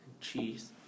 cheese